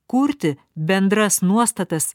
kurti bendras nuostatas